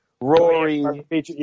Rory